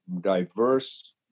diverse